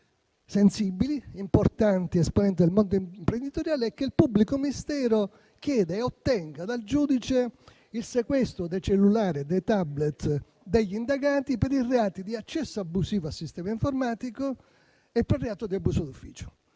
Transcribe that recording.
sensibili e importanti esponenti del mondo imprenditoriale e che il pubblico ministero chieda e ottenga dal giudice il sequestro dei cellulari e dei *tablet* degli indagati per i reati di accesso abusivo a sistema informatico e per il reato di abuso d'ufficio.